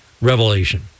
revelation